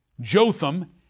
Jotham